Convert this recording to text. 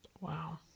Wow